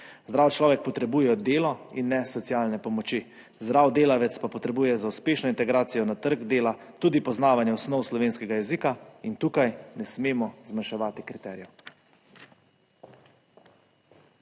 Zdrav človek potrebuje delo in ne socialne pomoči, zdrav delavec pa potrebuje za uspešno integracijo na trg dela tudi poznavanje osnov slovenskega jezika in tukaj ne smemo zmanjševati kriterijev.